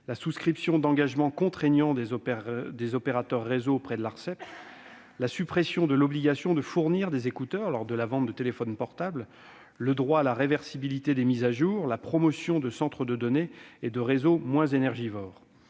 la souscription d'engagements contraignants des opérateurs de réseau auprès de l'Arcep, à la suppression de l'obligation de fournir des écouteurs lors de la vente de téléphones portables, au droit à la réversibilité des mises à jour, ou encore à la promotion de centres de données et de réseaux moins énergivores.